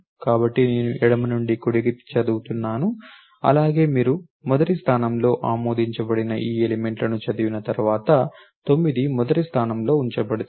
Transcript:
కాబట్టి నేను ఎడమ నుండి కుడికి చదువుతున్నాను అలాగే మీరు మొదటి స్థానంలో ఆమోదించబడిన ఈ ఎలిమెంట్లను చదివిన తర్వాత 9 మొదటి స్థానంలో ఉంచబడుతుంది